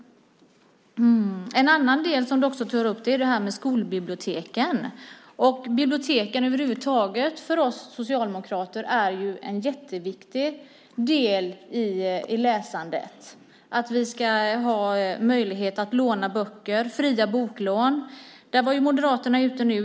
En annan del som du tar upp är skolbiblioteken. För oss socialdemokrater är biblioteken över huvud taget en jätteviktig del i läsandet. Vi ska ha möjlighet att låna böcker. Det ska vara fria boklån.